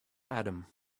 adam